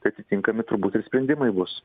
tai atitinkami turbūt ir sprendimai bus